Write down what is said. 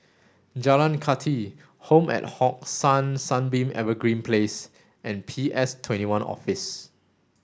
Jalan Kathi Home at Hong San Sunbeam Evergreen Place and P S twenty one Office